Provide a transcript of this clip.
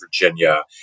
Virginia